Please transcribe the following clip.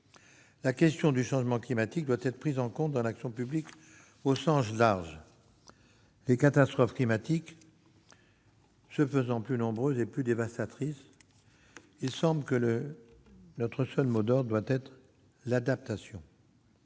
La question du changement climatique doit être prise en compte dans l'action publique au sens large. Les catastrophes climatiques se faisant plus nombreuses et plus dévastatrices, il semble que notre seul mot d'ordre doive être l'adaptation.